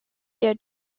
their